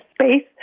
space